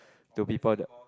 to people that